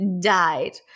died